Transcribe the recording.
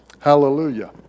Hallelujah